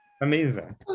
Amazing